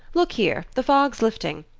look here the fog's lifting.